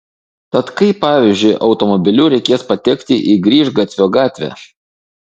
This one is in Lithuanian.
tad kaip pavyzdžiui automobiliu reikės patekti į grįžgatvio gatvę